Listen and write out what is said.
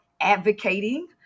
advocating